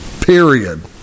period